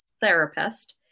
therapist